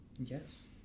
Yes